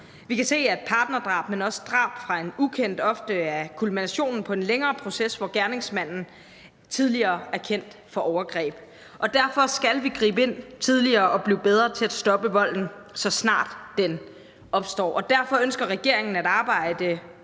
Vi kan se, at partnerdrab, men også drab på en ukendt, ofte er kulminationen på en længere proces, hvor gerningsmanden tidligere er kendt for overgreb. Derfor skal vi gribe ind tidligere og blive bedre til at stoppe volden, så snart den opstår. Derfor ønsker regeringen at arbejde